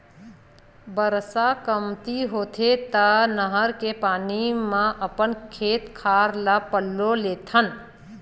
बरसा कमती होथे त नहर के पानी म अपन खेत खार ल पलो लेथन